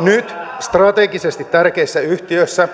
nyt strategisesti tärkeissä yhtiöissä